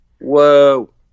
Whoa